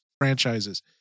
franchises